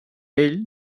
ell